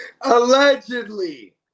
allegedly